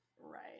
Right